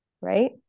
right